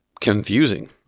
Confusing